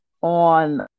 on